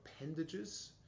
appendages